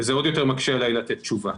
וזה עוד יותר מקשה עלי לתת תשובה.